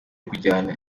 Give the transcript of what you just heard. kujyana